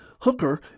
Hooker